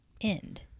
end